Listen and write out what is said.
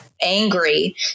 angry